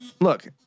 look